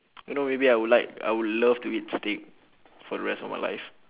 you know maybe I would like I would love to eat steak for the rest of my life